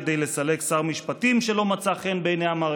כדי לסלק שר משפטים שלא מצא חן בעיני המערכת,